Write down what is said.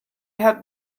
had